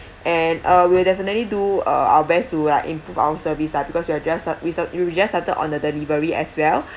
and uh we will definitely do uh our best to like improve our service lah because we are just start we just started on the delivery as well